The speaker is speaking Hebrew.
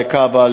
לכב"א,